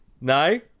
No